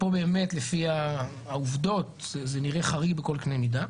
פה באמת לפי העובדות זה נראה חריג בכל קנה מידה.